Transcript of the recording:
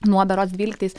nuo berods dvyliktais